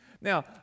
Now